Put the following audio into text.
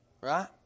Right